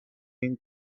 این